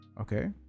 okay